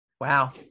wow